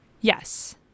Yes